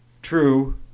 True